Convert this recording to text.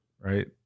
right